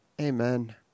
Amen